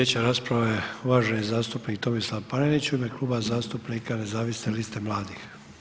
Slijedeća rasprava je uvaženi zastupnik Tomislav Panenić u ime Kluba zastupnika nezavisne liste mladih.